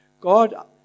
God